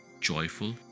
joyful